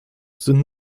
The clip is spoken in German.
sind